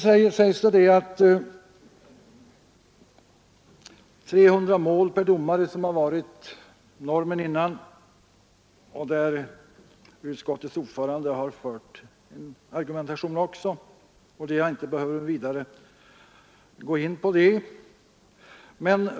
Det sägs nu att 300 mål per domare har varit norm hittills. Utskottets ordförande har fört en argumentation på den punkten, och jag behöver inte vidare gå in på saken.